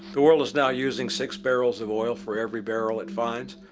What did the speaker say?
the world is now using six barrels of oil for every barrel it finds.